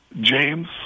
James